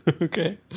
Okay